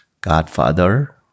godfather